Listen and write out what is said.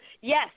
Yes